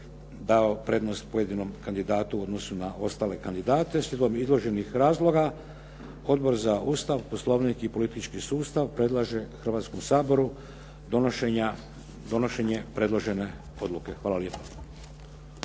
dao prednost pojedinom kandidatu u odnosu na ostale kandidate. Slijedom izloženih razloga, Odbor za Ustav, Poslovnik i politički sustav predlaže Hrvatskom saboru donošenje predložene odluke. Hvala lijepo.